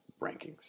rankings